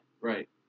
Right